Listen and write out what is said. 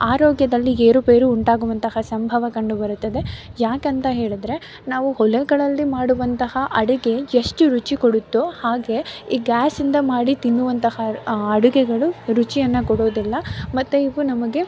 ಆರೋಗ್ಯದಲ್ಲಿ ಏರುಪೇರು ಉಂಟಾಗುವಂತಹ ಸಂಭವ ಕಂಡುಬರುತ್ತದೆ ಯಾಕಂತ ಹೇಳಿದರೆ ನಾವು ಹೊಲಗಳಲ್ಲಿ ಮಾಡುವಂತಹ ಅಡುಗೆ ಎಷ್ಟು ರುಚಿ ಕೊಡುತ್ತೊ ಹಾಗೆಯೇ ಈ ಗ್ಯಾಸಿಂದ ಮಾಡಿ ತಿನ್ನುವಂತಹ ಅಡುಗೆಗಳು ರುಚಿಯನ್ನು ಕೊಡೋದಿಲ್ಲ ಮತ್ತು ಇವು ನಮಗೆ